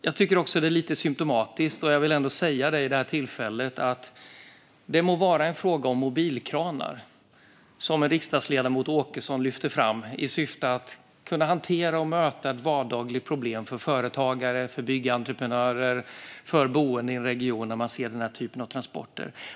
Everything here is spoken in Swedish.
Jag vill ändå säga vid det här tillfället att det må vara en fråga om mobilkranar som riksdagsledamoten Åkesson lyfter fram i syfte att kunna hantera och möta ett vardagligt problem för företagare, byggentreprenörer och boende i regioner där man ser den här typen av transporter.